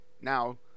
Now